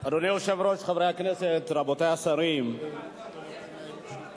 יקירי וממלא-מקומי חבר הכנסת וקנין יואיל להחליף אותי,